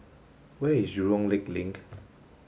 where is Jurong Lake Link